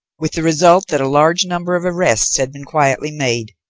with the result that a large number of arrests had been quietly made,